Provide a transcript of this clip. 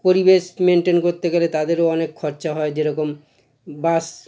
পরিবেশ মেন্টেন করতে গেলে তাদেরও অনেক খরচা হয় যেরকম বাস